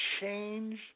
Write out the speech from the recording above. change